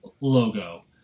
logo